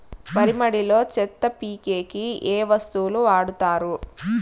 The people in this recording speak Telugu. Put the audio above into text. వరి మడిలో చెత్త పీకేకి ఏ వస్తువులు వాడుతారు?